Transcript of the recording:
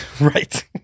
Right